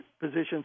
positions